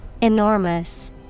Enormous